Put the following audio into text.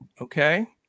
okay